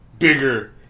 Bigger